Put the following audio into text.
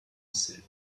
said